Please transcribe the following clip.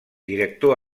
director